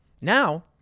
Now